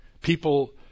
People